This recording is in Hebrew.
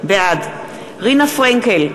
בעד רינה פרנקל,